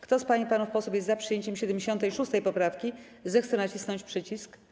Kto z pań i panów posłów jest za przyjęciem 76. poprawki, zechce nacisnąć przycisk.